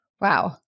Wow